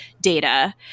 data